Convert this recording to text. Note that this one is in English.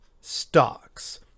stocks